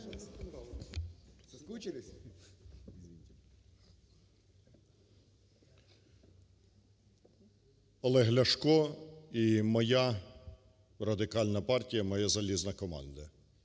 Олег Ляшко і моя Радикальна партія, моя залізна команда,